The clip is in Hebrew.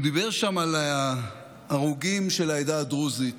הוא דיבר שם על ההרוגים של העדה הדרוזית